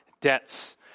debts